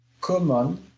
common